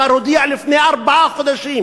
כבר הודיע לפני ארבעה חודשים,